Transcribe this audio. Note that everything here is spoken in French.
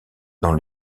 dans